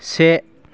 से